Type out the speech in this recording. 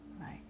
right